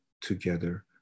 together